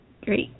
Great